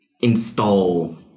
Install